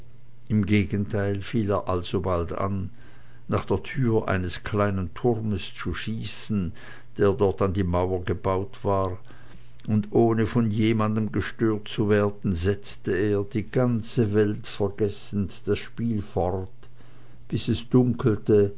im gegenteil fing er alsobald an nach der türe eines kleinen turmes zu schießen der dort an die mauer gebaut war und ohne von jemand gestört zu werden setzte er die ganze welt vergessend das spiel fort bis es dunkelte